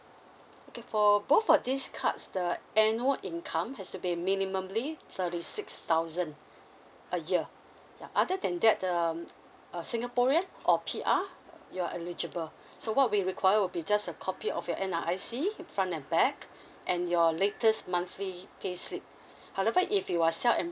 okay for both of these cards the annual income has to be minimally thirty six thousand a year ya other than that the uh singaporean or P_R you're eligible so what we require will be just a copy of your N_R_I_C front and back and your latest monthly payslip however if you are self